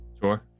Sure